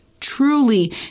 Truly